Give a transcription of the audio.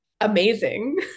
amazing